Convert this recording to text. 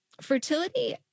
fertility